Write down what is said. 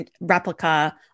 replica